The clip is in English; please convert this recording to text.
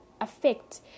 affect